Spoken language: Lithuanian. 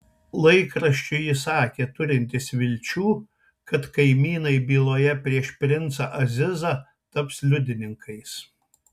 laikraščiui jis sakė turintis vilčių kad kaimynai byloje prieš princą azizą taps liudininkais